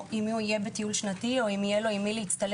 או עם מי הוא יהיה בטיול שנתי או אם יהיה לו עם מי להצטלם